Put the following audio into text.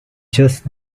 just